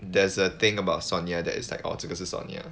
there's a thing about sonya that is like oh 这个是 sonya